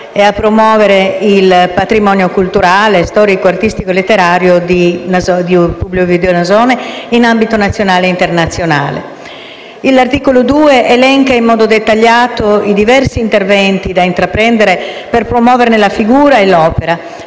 grazie a tutta